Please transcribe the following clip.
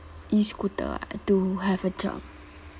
E-scooter [what] to have a job